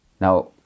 Now